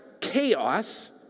chaos